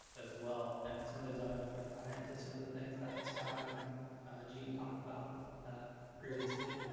as well. and some of those items might tie into some of the things that scott and gene talked about previously.